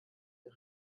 ihr